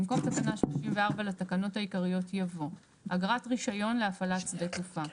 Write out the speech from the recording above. במקום תקנה 34 לתקנות העיקריות יבוא: "אגרת רישיון להפעלת שדה תעופה.